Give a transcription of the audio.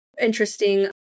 interesting